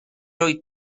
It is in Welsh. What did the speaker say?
wyt